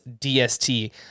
DST